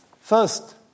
First